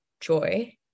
joy